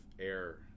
air